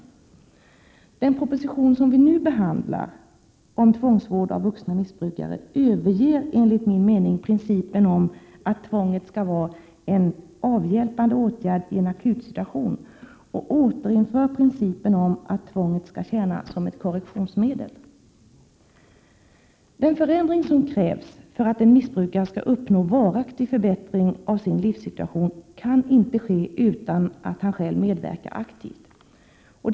I den proposition om tvångsvård av vuxna missbrukare som vi nu behandlar överges enligt min mening principen om att tvånget skall vara en avhjälpande åtgärd i en akutsituation och återinförs principen att tvånget skall tjäna som ett korrektionsmedel. Den förändring som krävs för att en missbrukare skall uppnå varaktig förbättring av sin livssituation kan inte ske utan att han själv medverkar aktivt.